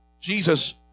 Jesus